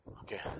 Okay